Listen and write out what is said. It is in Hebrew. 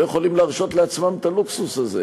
לא יכולים להרשות לעצמם את הלוקסוס הזה,